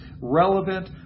relevant